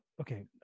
Okay